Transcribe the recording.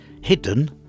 hidden